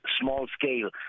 small-scale